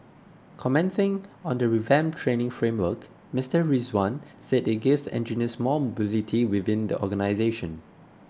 commenting on the revamped training framework Mister Rizwan said it gives engineers more mobility within the organisation